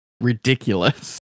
ridiculous